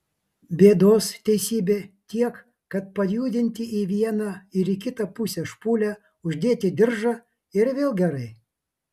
bėdos teisybė tiek kad pajudinti į vieną ir kitą pusę špūlę uždėti diržą ir vėl gerai